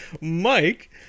Mike